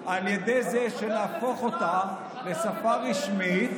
על ידי זה שיהפכו אותה לשפה רשמית,